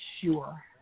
sure